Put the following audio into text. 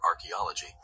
archaeology